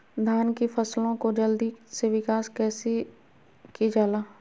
धान की फसलें को जल्दी से विकास कैसी कि जाला?